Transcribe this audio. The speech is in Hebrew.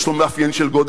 יש לו מאפיין של גודל,